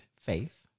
faith